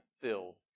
filled